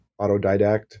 autodidact